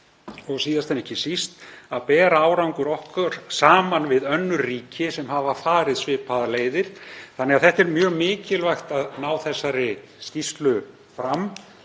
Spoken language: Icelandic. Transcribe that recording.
og síðast en ekki síst að bera árangur okkar saman við önnur ríki sem hafa farið svipaðar leiðir. Þannig að það er mjög mikilvægt að ná þessari skýrslu fram